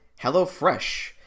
HelloFresh